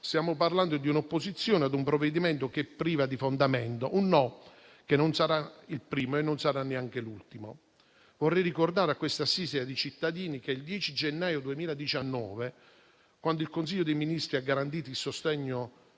Stiamo parlando dell'opposizione a un provvedimento che è priva di fondamento, un no che non sarà il primo e non sarà neanche l'ultimo. Vorrei ricordare a quest'Assemblea che il 10 gennaio 2019, quando il Consiglio dei ministri ha garantito il sostegno